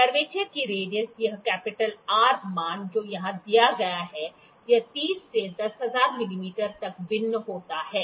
curvature की radius यह R मान जो यहाँ दिया गया है यह 30 से 10000 मिमी तक भिन्न होता है